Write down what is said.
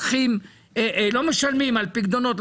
הם לא משלמים על פיקדונות,